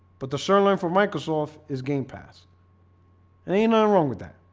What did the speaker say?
but the sirloin for microsoft is game pass and ain't nothing wrong with that,